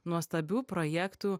nuostabių projektų